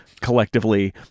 collectively